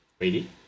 ready